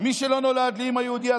מיהדות התורה, עם ש"ס?